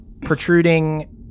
protruding